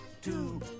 two